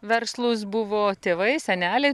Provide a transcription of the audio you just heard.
verslūs buvo tėvai seneliai